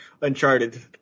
Uncharted